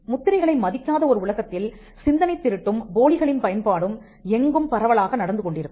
முத்திரைகளை மதிக்காத ஒரு உலகத்தில் சிந்தனைத் திருட்டும் போலிகளின் பயன்பாடும் எங்கும் பரவலாக நடந்து கொண்டிருக்கும்